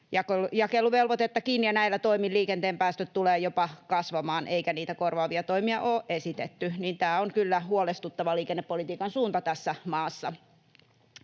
jakeluvelvoitettakin, ja näillä toimin liikenteen päästöt tulevat jopa kasvamaan, eikä niitä korvaavia toimia ole esitetty. Tämä on kyllä huolestuttava liikennepolitiikan suunta tässä maassa.